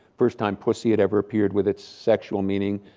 first time, pussy, had ever appeared with it's sexual meaning.